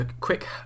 quick